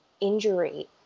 injury